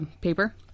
paper